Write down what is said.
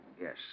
yes